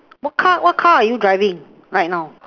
what car what car are you driving right now